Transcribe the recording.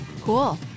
Cool